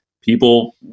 people